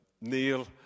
Neil